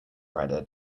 rider